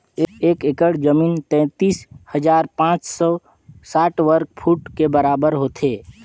एक एकड़ जमीन तैंतालीस हजार पांच सौ साठ वर्ग फुट के बराबर होथे